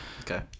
Okay